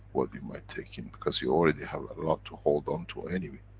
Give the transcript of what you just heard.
what you might take in, because you already a lot to hold on to anyway.